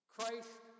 Christ